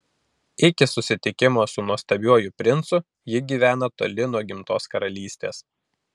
iki susitikimo su nuostabiuoju princu ji gyvena toli nuo gimtos karalystės